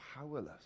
powerless